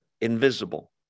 invisible